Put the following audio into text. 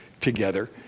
together